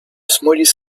smallest